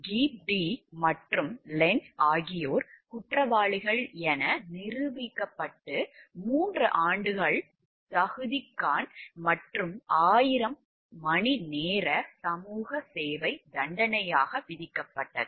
கெப் டீ மற்றும் லென்ட்ஸ் ஆகியோர் குற்றவாளிகள் என நிரூபிக்கப்பட்டு 3 ஆண்டுகள் தகுதிகாண் மற்றும் 1000 மணிநேர சமூக சேவை தண்டனையாக விதிக்கப்பட்டது